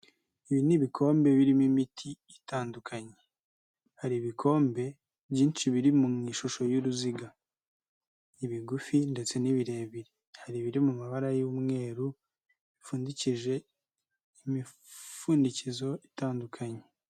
Ibi ni ibikombe birimo imiti itandukanye. Hari ibikombe byinshi biri mu ishusho y'uruziga. Ibigufi ndetse n'ibirebire. Hari ibiri mu mabara y'umweru bipfundikije imipfundikizo itandukanye.